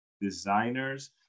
designers